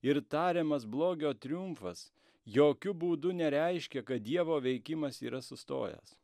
ir tariamas blogio triumfas jokiu būdu nereiškia kad dievo veikimas yra sustojęs